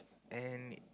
and